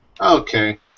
Okay